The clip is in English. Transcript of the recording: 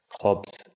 clubs